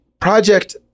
project